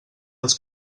els